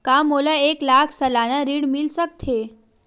का मोला एक लाख सालाना ऋण मिल सकथे?